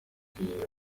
kwiheba